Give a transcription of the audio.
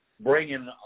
bringing